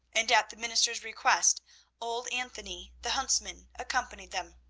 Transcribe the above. and at the minister's request old anthony the huntsman accompanied them.